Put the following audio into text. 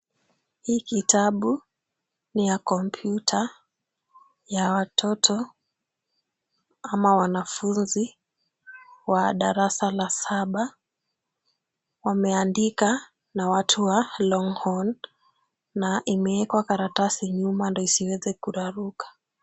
Hii kitabu ni ya kompyuta ya watoto ama wanafunzi wa darasa la saba. Wameandika na watu wa Longhorn na imewekwa karatasi nyuma ndiyo isiweze kuraruka.